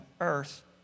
earth